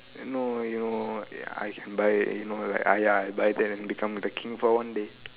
no you know I can buy you know like ah ya buy then become the king for one day